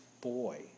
boy